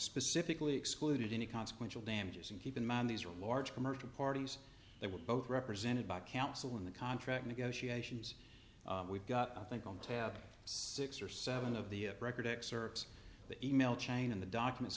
specifically excluded any consequential damages and keep in mind these are large commercial parties they were both represented by counsel in the contract negotiations we've got i think on tab six or seven of the record excerpts of the e mail chain and the documents